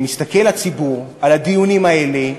שהציבור מסתכל על הדיונים האלה,